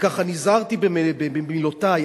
וככה נזהרתי במילותי,